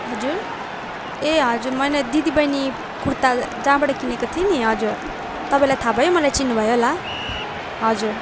हजुर ए हजुर मैले दिदी बहिनी कुर्ता जहाँबाट किनेको थिएँ नि हजुर तपाईँलाई थाहा भयो मलाई चिन्नु भयो होला हजुर